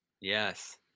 Yes